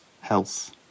health